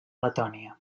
letònia